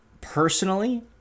Personally